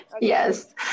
Yes